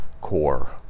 core